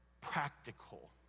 practical